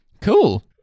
Cool